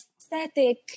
aesthetic